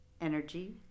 Energy